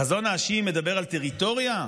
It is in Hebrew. החזון השיעי מדבר על טריטוריה?